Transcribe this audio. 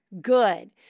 good